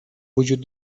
وجود